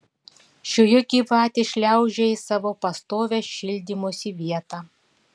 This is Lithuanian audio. šioji gyvatė šliaužė į savo pastovią šildymosi vietą